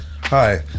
Hi